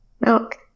Milk